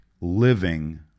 living